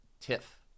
TIFF